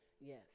Yes